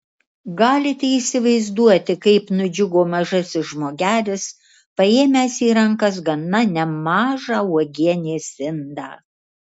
galite įsivaizduoti kaip nudžiugo mažasis žmogelis paėmęs į rankas gana nemažą uogienės indą